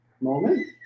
moment